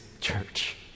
church